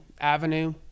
avenue